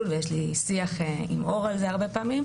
ויש לי שיח על זה עם אור הרבה פעמים,